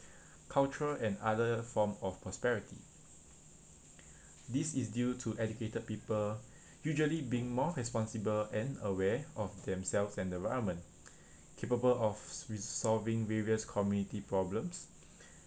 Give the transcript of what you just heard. cultural and other form of prosperity this is due to educated people usually being more responsible and aware of themselves and the environment capable of s~ resolving various community problems